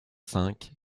cinq